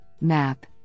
map